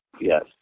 yes